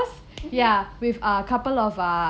mmhmm